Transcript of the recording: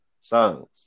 songs